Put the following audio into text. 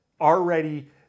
already